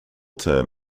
term